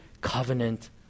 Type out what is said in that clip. covenant